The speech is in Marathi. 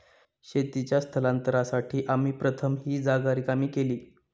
शेतीच्या स्थलांतरासाठी आम्ही प्रथम ही जागा रिकामी केली